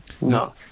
No